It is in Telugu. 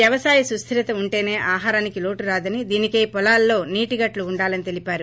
వ్యవసాయ సుస్లిరత వుంటేసే ఆహారానికి లోటు రాదు అని దీనికై పొలాల్లో నీటి గట్లు వుండాలని తెలిపారు